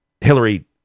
Hillary